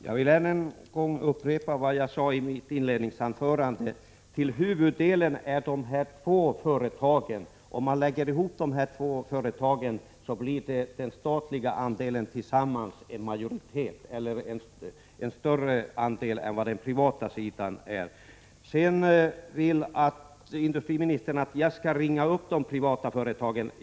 Fru talman! Jag vill än en gång upprepa vad jag sade i mitt inledningsanförande. Om man lägger ihop de båda företagen finner man att den statliga andelen är större än den privata. Industriministern vill att jag skall ringa upp de privata företagen.